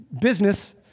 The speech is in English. business